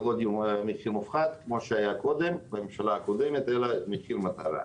זה לא מחיר מופחת כמו שהיה בממשלה הקודמת אלא מחיר מטרה.